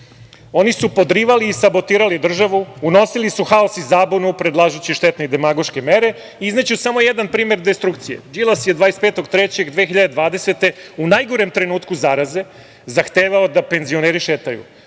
Oni su podrivali i sabotirali državu, unosili su haos i zabunu predlažući štetne i demagoške mere. Izneću samo jedan primer destrukcije. Đilas je 25. marta 2020. godine u najgorem trenutku zaraze zahtevao da penzioneri šetaju.